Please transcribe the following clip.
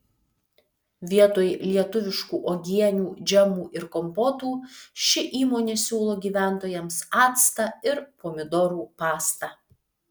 vietoj lietuviškų uogienių džemų ir kompotų ši įmonė siūlo gyventojams actą ir pomidorų pastą